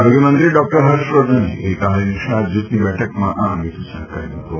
આરોગ્યમંત્રી ડોક્ટર હર્ષ વર્ધને ગઇકાલે નિષ્ણાત જૂથની બેઠકમાં આ સૂચન કર્યું હતું